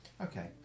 Okay